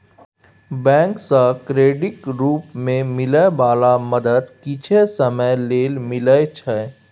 bank सँ क्रेडिटक रूप मे मिलै बला मदद किछे समय लेल मिलइ छै